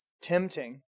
tempting